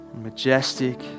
majestic